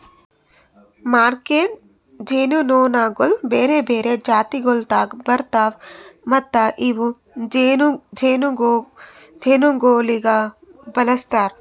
worker ಜೇನುನೊಣಗೊಳ್ ಬೇರೆ ಬೇರೆ ಜಾತಿಗೊಳ್ದಾಗ್ ಬರ್ತಾವ್ ಮತ್ತ ಇವು ಜೇನುಗೊಳಿಗ್ ಬಳಸ್ತಾರ್